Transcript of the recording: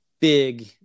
big